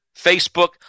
Facebook